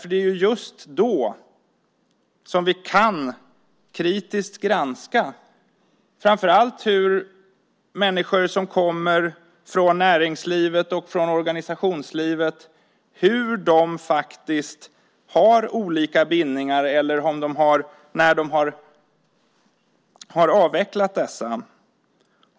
Det är just då som vi kritiskt kan granska framför allt människor som kommer från näringslivet och från organisationslivet, på vilket sätt de har olika bindningar eller när de har avvecklat dessa.